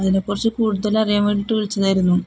അതിനെക്കുറിച്ചു കൂടുതൽ അറിയാൻ വേണ്ടിയിട്ടു വിളിച്ചതായിരുന്നു